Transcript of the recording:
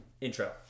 Intro